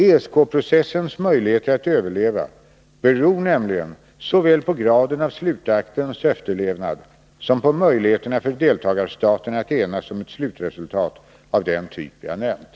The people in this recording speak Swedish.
ESK-processens möjligheter att överleva beror nämligen såväl på graden av slutaktens efterlevnad som på möjligheterna för deltagarstaterna att enas om ett slutresultat av den typ jag nämnt.